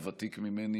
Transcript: הוותיק ממני,